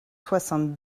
soixante